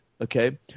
okay